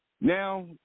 now